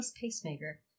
pacemaker